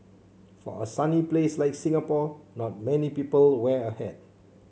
for a sunny place like Singapore not many people wear a hat